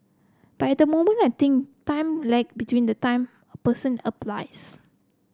but at the moment I thin time lag between the time person applies